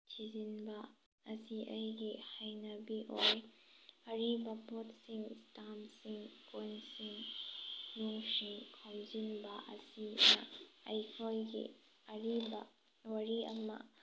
ꯊꯤꯖꯤꯟꯕ ꯑꯁꯤ ꯑꯩꯒꯤ ꯍꯩꯅꯕꯤ ꯑꯣꯏ ꯑꯔꯤꯕ ꯄꯣꯠꯁꯤꯡ ꯁ꯭ꯇꯥꯝꯁꯤꯡ ꯀꯣꯏꯟꯁꯤꯡ ꯅꯨꯡꯁꯤꯡ ꯈꯣꯝꯖꯤꯟꯕ ꯑꯁꯤꯅ ꯑꯩꯈꯣꯏꯒꯤ ꯑꯔꯤꯕ ꯋꯥꯔꯤ ꯑꯃ